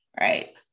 right